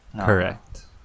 Correct